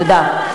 תודה.